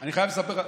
אני חייב לספר לך.